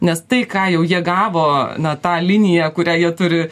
nes tai ką jau jie gavo na tą liniją kurią jie turi